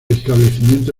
establecimiento